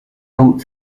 dan